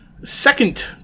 Second